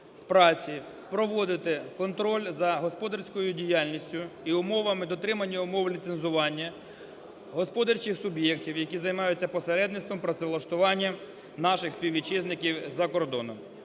праці проводити контроль за господарською діяльністю і умовами дотримання умов ліцензування господарчих суб'єктів, які займаються посередництвом працевлаштування наших співвітчизників за кордоном.